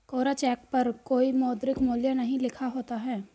कोरा cheque पर कोई मौद्रिक मूल्य नहीं लिखा होता है